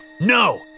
No